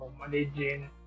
managing